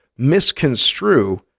misconstrue